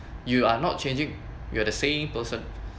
you are not changing you are the same person